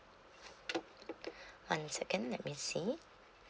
one second let me see